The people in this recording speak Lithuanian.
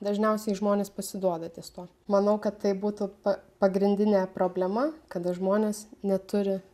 dažniausiai žmonės pasiduoda ties tuo manau kad tai būtų pa pagrindinė problema kada žmonės neturi